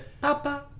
Papa